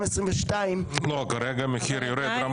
לא, כרגע המחיר יורד.